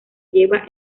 lleva